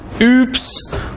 oops